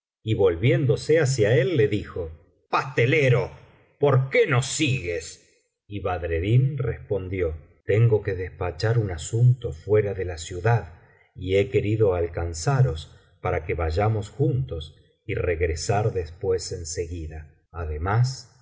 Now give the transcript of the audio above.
y volviéndose hacia él le dijo pastelero por qué nos sigues y badreddin respondió tengo que despachar un asunto fuera de la ciudad y he querido alcanzaros para que vayamos juntos y regresar después en seguida además